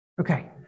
Okay